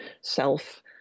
self